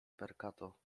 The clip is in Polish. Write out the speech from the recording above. perkato